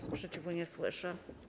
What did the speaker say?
Sprzeciwu nie słyszę.